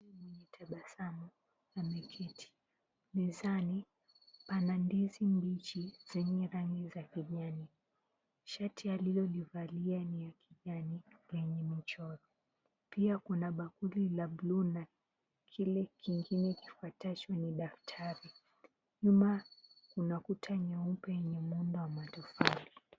Mwanaume mwenye tabasamu ameketi. Mezani pana ndizi mbichi zenye rangi ya kijani. Shati alilolivalia ni la kijani lenye michoro pia kuna bakuli la buluu na kile kingine kifuatacho ni daftari. Nyuma kuna Kuta nyeupe yenye muundo wa matofali.